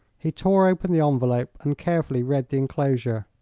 he tore open the envelope and carefully read the enclosure.